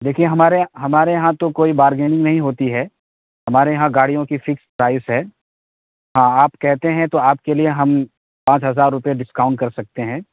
دیکھیے ہمارے ہمارے یہاں تو کوئی بارگیننگ نہیں ہوتی ہے ہمارے یہاں گاڑیوں کی فکس پرائس ہے ہاں آپ کہتے ہیں تو آپ کے لیے ہم پانچ ہزار روپئے ڈسکاؤنٹ کر سکتے ہیں